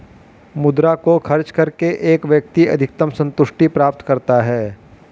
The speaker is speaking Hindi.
मुद्रा को खर्च करके एक व्यक्ति अधिकतम सन्तुष्टि प्राप्त करता है